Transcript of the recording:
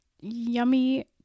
yummy